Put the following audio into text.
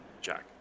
Jack